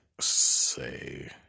say